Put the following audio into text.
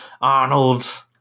Arnold